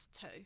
two